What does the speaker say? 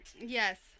yes